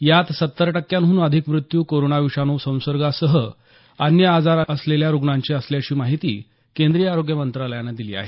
यात सत्तर टक्क्यांहून अधिक मृत्यू कोरोना विषाणू संसर्गासह अन्य आजारही असलेल्या रुग्णांचे असल्याची माहितीही केंद्रीय आरोग्य मंत्रालयानं दिली आहे